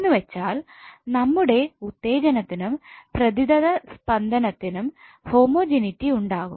എന്നുവെച്ചാൽ നമ്മുടെ ഉത്തേജനത്തിനും പ്രതിതസ്പന്ദനത്തിനും ഹോമജനീറ്റി ഉണ്ടാകും